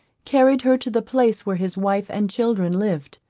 carried her to the place where his wife and children lived.